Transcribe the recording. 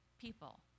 people